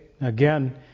Again